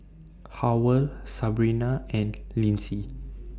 Howell Sabina and Lindsey